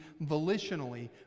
volitionally